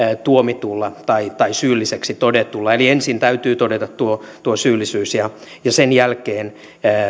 tuomitulla tai tai syylliseksi todetulla eli ensin täytyy todeta tuo tuo syyllisyys ja ja sen jälkeen